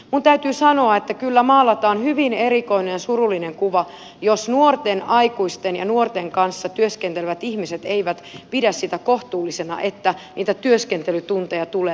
minun täytyy sanoa että kyllä maalataan hyvin erikoinen ja surullinen kuva jos nuorten aikuisten ja nuorten kanssa työskentelevät ihmiset eivät pidä sitä kohtuullisena että niitä työskentelytunteja tulee